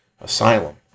asylum